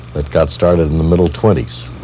that got started in the middle twenties